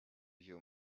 your